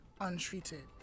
untreated